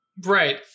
Right